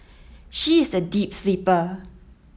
she is a deep sleeper